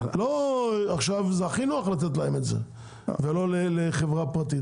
זה הכי נוח לתת להם את זה ולא לחברה פרטית,